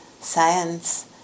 science